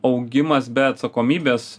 augimas be atsakomybės